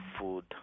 food